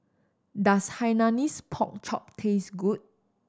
does Hainanese Pork Chop taste good